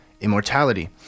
immortality